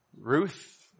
Ruth